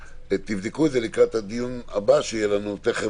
תבדקו את זה לקראת הדיון הבא שיהיה לנו תכף,